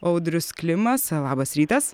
audrius klimas labas rytas